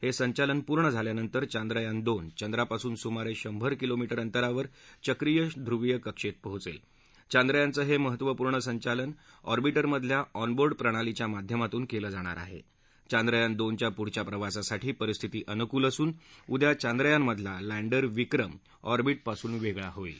हसिचालन पूर्ण झाल्यानंतर चांद्रयान दोन चंद्रापासून सुमारशिभर किलोमी उ अंतरावर चक्रीय श्रुवीय कक्ष पोहोचक्त चांद्रयानाचं ह िहत्वपूर्ण संचालन ऑर्बि उमधल्या ऑनबोर्ड प्रणालीच्या माध्यमातून कवि जाणार आह चांद्रयान दोनच्या पुढच्या प्रवासासाठी परिस्थिती अनुकूल असून उद्या चांद्रयानामधला लप्तिर विक्रम ऑर्बिविपासून वाळि होईल